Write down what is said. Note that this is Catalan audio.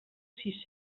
sis